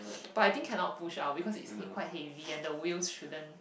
but I think cannot push out because it's quite heavy and the wheels shouldn't